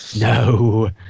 No